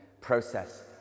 process